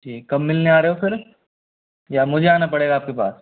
जी कब मिलने आ रहे हो फिर या मुझे आना पड़ेगा आपके पास